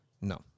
No